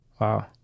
Wow